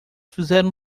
fizeram